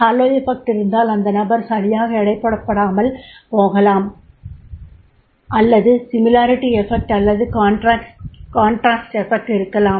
Halo effect இருந்தால் அந்த நபர் சரியாக எடைபோடப்படாமல் போகலாம் அல்லது ஒரு ஸிமிலாரிட்டி எஃபெக்ட் அல்லது கான்ராக்ட் எஃபெஸ்ட் இருக்கலாம்